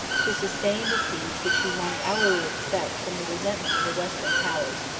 to sustain the siege which he might hourly expect from the resentment of the western powers.